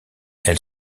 elle